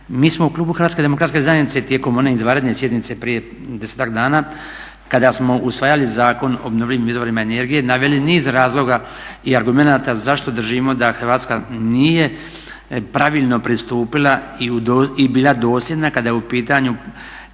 mi smo u klubu HDZ-a tijekom one izvanredne sjednice prije 10-ak dana kada smo usvajali Zakon o obnovljivim izvorima energije naveli niz razloga i argumenata zašto držimo da Hrvatska nije pravilno pristupila i bila dosljedna kada je u pitanju